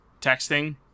texting